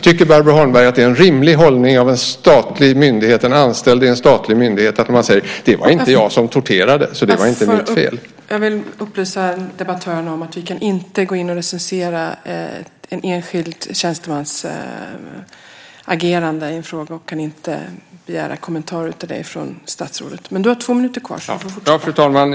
Jag undrar om Barbro Holmberg tycker att det är en rimlig hållning hos en anställd i en statlig myndighet att säga: Det var inte jag som torterade, så det var inte mitt fel. Fru talman!